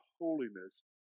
holiness